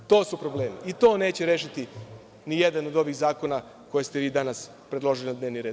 To su problemi i to neće rešiti nijedan od ovih zakona koje ste vi danas predložili na dnevni red.